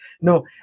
No